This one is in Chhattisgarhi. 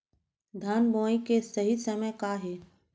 धान बोआई के सही समय का हे?